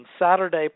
Saturday